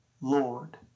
Lord